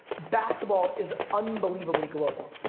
basketball is unbelievably global.